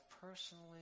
personally